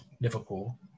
Liverpool